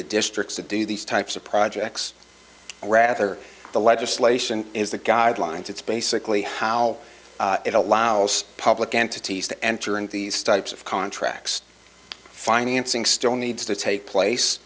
to districts to do these types of projects rather the legislation is the guidelines it's basically how it allows public entities to enter into these types of contracts financing still needs to take place